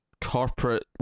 corporate